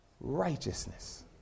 righteousness